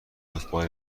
فوتبال